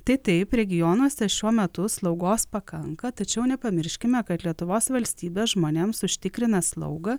tai taip regionuose šiuo metu slaugos pakanka tačiau nepamirškime kad lietuvos valstybė žmonėms užtikrina slaugą